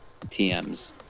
TMs